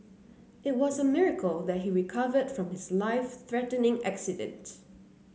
it was a miracle that he recovered from his life threatening accident